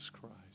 Christ